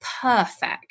perfect